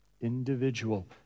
Individual